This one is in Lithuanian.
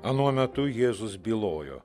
anuo metu jėzus bylojo